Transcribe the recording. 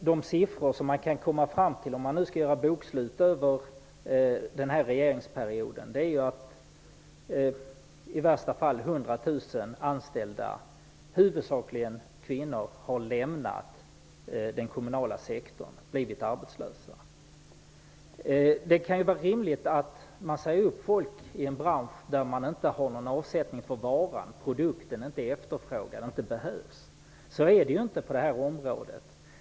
De siffror som man kan komma fram till om man gör ett bokslut över den här regeringsperioden visar att i värsta fall 100 000 anställda, huvudsakligen kvinnor, lämnat den kommunala sektorn och blivit arbetslösa. Det kan vara rimligt att säga upp folk i en bransch där man inte har någon avsättning för varan, när produkten inte är efterfrågad och inte behövs. Så är det inte på det här området.